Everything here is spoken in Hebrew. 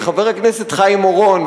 וחבר הכנסת חיים אורון,